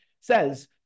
says